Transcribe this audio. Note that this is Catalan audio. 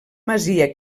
masia